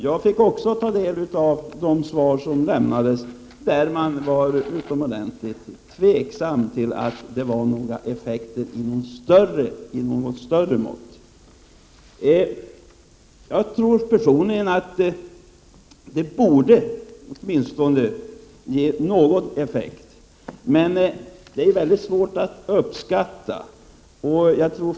Enligt de svar som lämnades var man utomordentligt tveksam till att det fanns dynamiska effekter av något större mått. Jag tror personligen att det borde bli åtminstone någon sådan effekt, men det är väldigt svårt att uppskatta hur stor den blir.